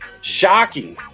Shocking